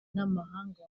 n’amahanga